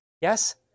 yes